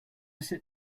sit